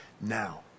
Now